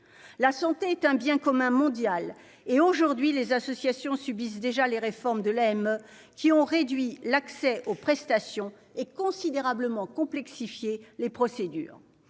la santé est un bien commun mondial et aujourd'hui les associations subissent déjà les réformes de l'aime, qui ont réduit l'accès aux prestations et considérablement complexifier les procédures,